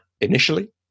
initially